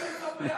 הוא אומר לי לספח.